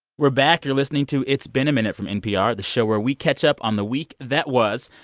we're back. you're listening to it's been a minute from npr, the show where we catch up on the week that was.